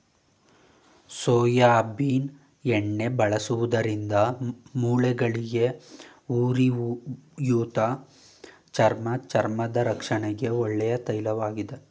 soybean ಎಣ್ಣೆ ಬಳಸುವುದರಿಂದ ಮೂಳೆಗಳಿಗೆ, ಉರಿಯೂತ, ಚರ್ಮ ಚರ್ಮದ ರಕ್ಷಣೆಗೆ ಒಳ್ಳೆಯ ತೈಲವಾಗಿದೆ